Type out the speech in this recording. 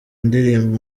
indirimbo